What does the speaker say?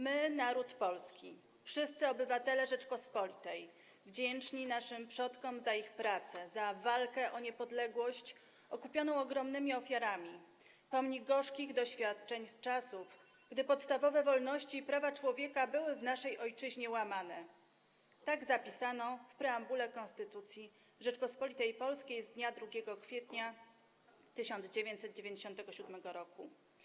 My, naród polski, wszyscy obywatele Rzeczypospolitej, wdzięczni naszym przodkom za ich pracę, za walkę o niepodległość okupioną ogromnymi ofiarami, pomni gorzkich doświadczeń z czasów, gdy podstawowe wolności i prawa człowieka były w naszej ojczyźnie łamane... - tak zapisano w preambule Konstytucji Rzeczypospolitej Polskiej z dnia 2 kwietnia 1997 r.